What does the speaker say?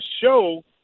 show